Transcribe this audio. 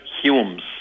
Humes